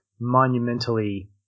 monumentally